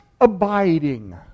abiding